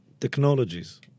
technologies